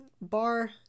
bar